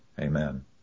amen